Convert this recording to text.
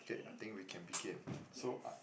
K I think we can begin so uh